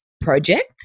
project